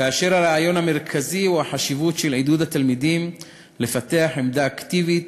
הרעיון המרכזי בהם הוא החשיבות של עידוד התלמידים לפתח עמדה אקטיבית